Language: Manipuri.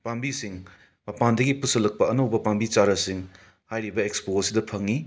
ꯄꯥꯝꯕꯤꯁꯤꯡ ꯃꯄꯥꯟꯗꯒꯤ ꯄꯨꯁꯜꯂꯛꯄ ꯑꯅꯧꯕ ꯄꯥꯝꯕꯤ ꯆꯔꯥꯁꯤꯡ ꯍꯥꯏꯔꯤꯕ ꯑꯦꯛ꯭ꯁꯄꯣ ꯁꯤꯗ ꯐꯪꯉꯤ